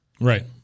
Right